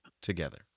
together